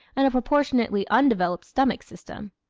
and a proportionately undeveloped stomach system.